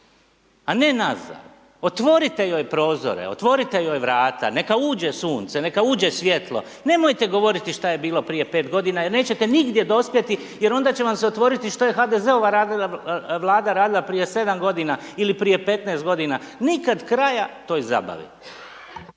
a ne nazad, otvorite joj prozore, otvorite joj vrata, neka uđe sunce, neka uđe svjetlo, nemojte govoriti šta je bilo prije 5 g. jer nećete nigdje dospjeti, jer onda će vam se otvoriti što je HDZ-ova vlada radila prije 7 g. i li prije 15 g. nikada kraja toj zabavi.